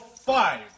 five